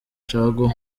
caguwa